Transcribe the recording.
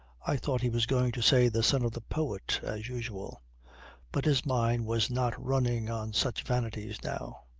i thought he was going to say the son of the poet as usual but his mind was not running on such vanities now.